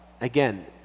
again